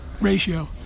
ratio